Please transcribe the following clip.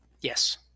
Yes